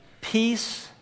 Peace